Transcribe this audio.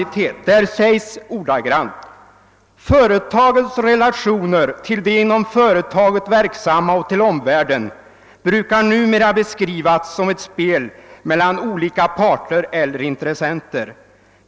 På s. 33 i utredningens betänkande står det ordagrant: »Företagets relationer till de inom företaget verksamma och till omvärlden brukar numera i administrativ litteratur beskrivas som ett spel mellan olika parter eller intressenter.